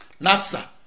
NASA